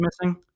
missing